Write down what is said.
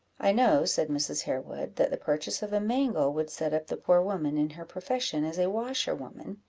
i know, said mrs. harewood, that the purchase of a mangle would set up the poor woman in her profession as a washerwoman,